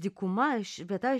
dykuma ši vieta